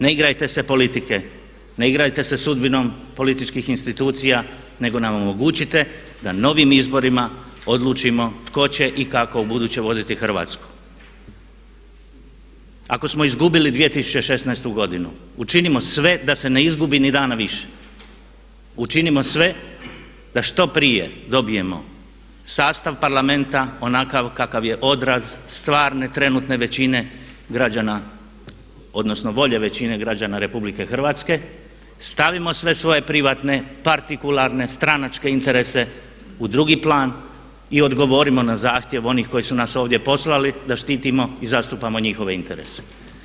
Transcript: Ne igrajte se politike, ne igrajte se sudbinom političkih institucija nego nam omogućite da novim izborima odlučimo tko će i kako ubuduće voditi Hrvatsku.“ Ako smo izgubili 2016. godinu učinimo sve da se ne izgubi ni dana više, učinimo sve da što prije dobijemo sastav parlamenta onakav kakav je odraz stvarne trenutne većine građana odnosno volje većine građana RH, stavimo sve svoje privatne partikularne stranačke interese u drugi plan i odgovorimo na zahtjev onih koji su nas ovdje poslali da štitimo i zastupamo njihove interese.